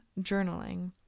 journaling